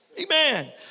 Amen